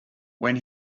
when